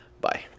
Bye